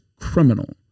criminal